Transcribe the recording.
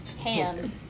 hand-